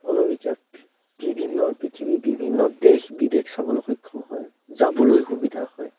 মনোবিকাশ বিভিন্ন পৃথিৱী বিভিন্ন দেশ বিদেশ চাবলৈ সক্ষম হয় যাবলৈ সুবিধা হয়